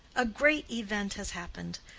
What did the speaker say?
a great event has happened.